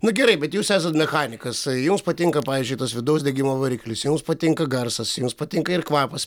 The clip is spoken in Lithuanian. na gerai bet jūs esat mechanikas jums patinka pavyzdžiui tas vidaus degimo variklis jums patinka garsas jums patinka ir kvapas